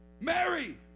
Mary